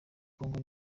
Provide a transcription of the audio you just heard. congo